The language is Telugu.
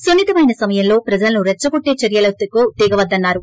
సున్ని తమిన సమయంలో ప్రజలను రెచ్చగొట్టి చర్యలకు దిగవద్దని అన్నారు